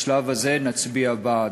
בשלב הזה נצביע בעד.